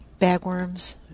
bagworms